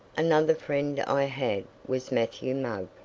another friend i had was matthew mugg,